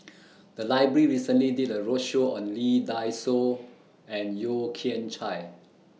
The Library recently did A roadshow on Lee Dai Soh and Yeo Kian Chai